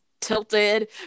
tilted